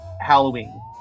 Halloween